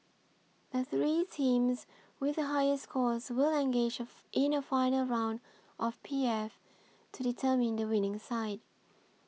the three teams with the higher scores will engage in a final round of P F to determine the winning side